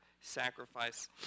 sacrifice